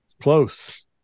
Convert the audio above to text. Close